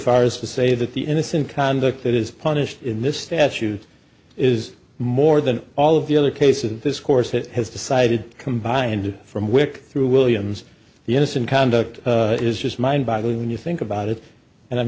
far as to say that the innocent conduct that is punished in this statute is more than all of the other cases that this course has decided combined from wyck through williams the innocent conduct is just mind boggling when you think about it and i'm